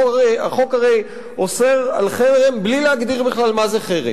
החוק הרי אוסר חרם בלי להגדיר בכלל מה זה חרם.